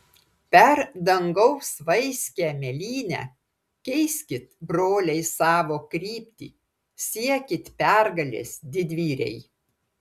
per dangaus vaiskią mėlynę keiskit broliai savo kryptį siekit pergalės didvyriai